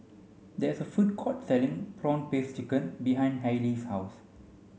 there is a food court selling prawn paste chicken behind Hailee's house